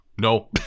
No